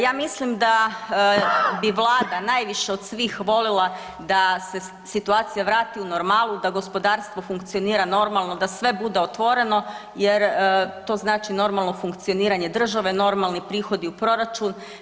Ja mislim da bi Vlada najviše od svih volila da se situacija vrati u normalu, da gospodarstvo funkcionira normalno, da sve bude otvoreno jer to znači normalno funkcioniranje države, normalni prihodi u proračun.